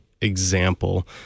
example